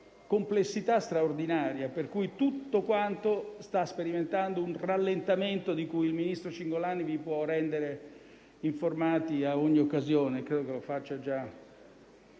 complessità straordinaria, per cui tutto quanto sta sperimentando un rallentamento di cui il ministro Cingolani vi può rendere informati ad ogni occasione,